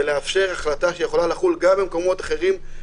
ולאפשר החלטה שיכולה לחול גם במקומות אחרים,